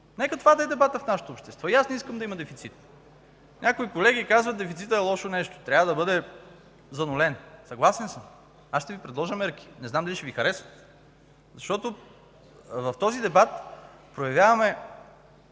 Нека това да е дебатът в нашето общество. И аз не искам да има дефицит. Някой колеги казват: „Дефицитът е лошо нещо, трябва да бъде занулен.” Съгласен съм, ще Ви предложа мерки, но не знам дали ще Ви харесат. В този дебат проявяваме